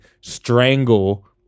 strangle